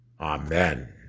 Amen